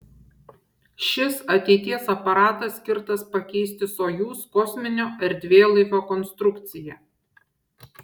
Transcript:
šis ateities aparatas skirtas pakeisti sojuz kosminio erdvėlaivio konstrukciją